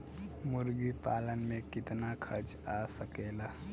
मुर्गी पालन में कितना खर्च आ सकेला?